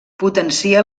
potencia